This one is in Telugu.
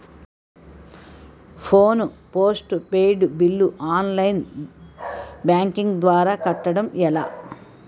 Phone postpaid bill online banking ద్వారా కట్టడం ఎలా?